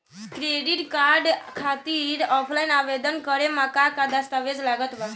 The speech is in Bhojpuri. क्रेडिट कार्ड खातिर ऑफलाइन आवेदन करे म का का दस्तवेज लागत बा?